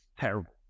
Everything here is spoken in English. terrible